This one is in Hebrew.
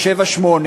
או שבע שמונה.